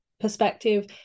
perspective